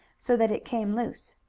so that it came loose.